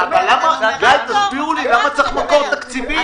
גיא, תסביר לי למה צריך מקור תקציבי.